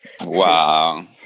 Wow